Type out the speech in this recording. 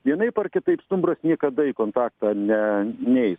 vienaip ar kitaip stumbras niekada į kontaktą ne neis